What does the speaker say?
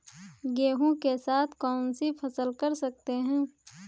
गेहूँ के साथ कौनसी फसल कर सकते हैं?